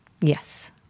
Yes